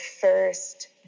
first